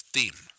theme